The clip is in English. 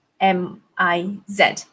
M-I-Z